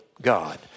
God